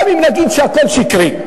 גם אם נגיד שהכול שקרי,